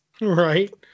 Right